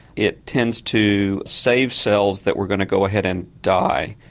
it tends to save cells that were going to go ahead and die.